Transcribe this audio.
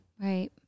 right